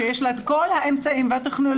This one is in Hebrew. שיש לה את כל האמצעים והטכנולוגיות,